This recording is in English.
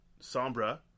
Sombra